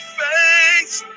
face